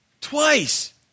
Twice